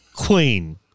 Queen